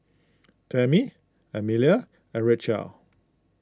Tammi Emelie and Rachelle